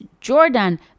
Jordan